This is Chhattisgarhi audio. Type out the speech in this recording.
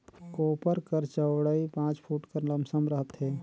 कोपर कर चउड़ई पाँच फुट कर लमसम रहथे